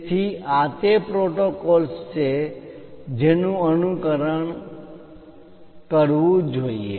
તેથી આ તે પ્રોટોકોલ્સ છે જેનું અનુસરણ કરવું જોઈએ